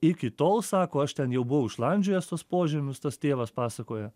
iki tol sako aš ten jau buvau išlandžiojęs tuos požemius tas tėvas pasakoja